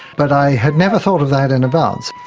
but i had never thought of that in advance.